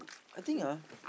I think ah